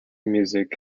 music